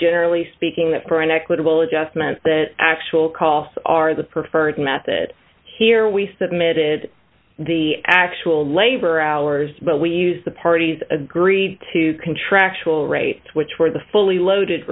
generally speaking that for an equitable adjustment that actual costs are the preferred method here we submitted the actual labor hours but we used the parties agreed to contractual rates which were the fully loaded